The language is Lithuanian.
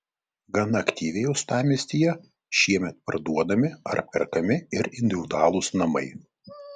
gana aktyviai uostamiestyje šiemet parduodami ar perkami ir individualūs namai